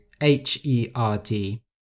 H-E-R-D